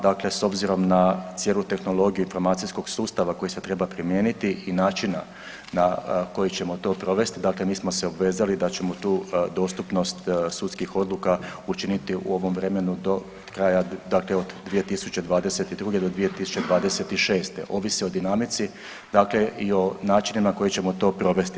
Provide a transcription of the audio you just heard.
Dakle, s obzirom na cijelu tehnologiju informacijskog sustava koji se treba primijeniti i načina na koji ćemo to provesti, dakle mi smo se obvezali da ćemo tu dostupnost sudskih odluka učiniti u ovom vremenu do kraja, dakle od 2022. do 2026. ovisi o dinamici, dakle i načinu na koji ćemo to provesti.